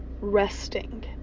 resting